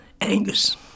Angus